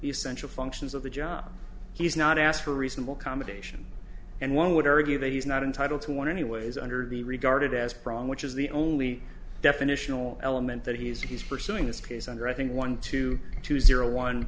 essential functions of the job he's not asked for a reasonable commendation and one would argue that he's not entitle to one anyways under be regarded as wrong which is the only definitional element that he's he's pursuing this case under i think one two two zero one